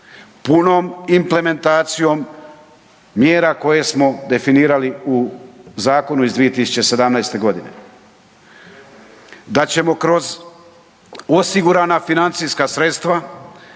punom implementacijom mjera koje smo definirali u zakonu iz 2017. godine, da ćemo kroz osigurana financijska sredstva,